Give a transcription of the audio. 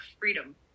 freedom